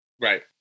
Right